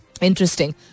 Interesting